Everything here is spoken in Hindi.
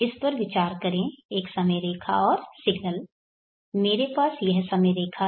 इस पर विचार करें एक समय रेखा और सिग्नल मेरे पास यह समय रेखा है